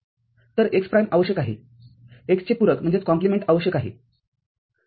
तर x प्राइमआवश्यक आहे x चे पूरकआवश्यक आहे